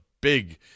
big